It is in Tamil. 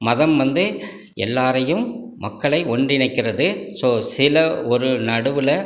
மதம் வந்து எல்லாரையும் மக்களை ஒன்றிணைக்கிறது ஸோ சில ஒரு நடுவில்